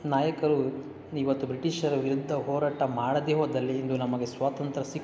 ನಾಯಕರು ಇವತ್ತು ಬ್ರಿಟಿಷರ ವಿರುದ್ಧ ಹೋರಾಟ ಮಾಡದೇ ಹೋದಲ್ಲಿ ಇಂದು ನಮಗೆ ಸ್ವಾತಂತ್ರ್ಯ ಸಿಕ್ಕಿ